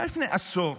זה היה לפני עשור.